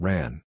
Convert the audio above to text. Ran